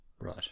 right